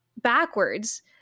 backwards